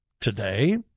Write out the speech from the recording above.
today